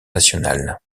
nationales